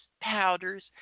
powders